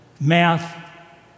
math